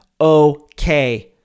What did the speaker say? Okay